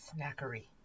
snackery